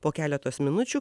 po keletos minučių